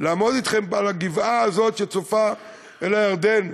לעמוד אתכם על הגבעה הזאת, שצופה אל הירדן,